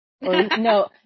No